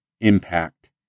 impact